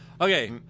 Okay